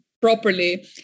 properly